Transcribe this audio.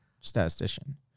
statistician